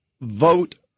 vote